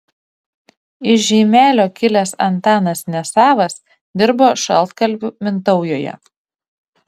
iš žeimelio kilęs antanas nesavas dirbo šaltkalviu mintaujoje